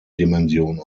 dimension